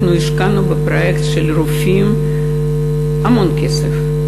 אנחנו השקענו בפרויקט של הרופאים המון כסף,